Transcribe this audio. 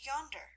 yonder